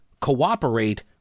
cooperate